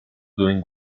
doing